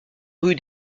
rue